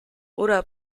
oder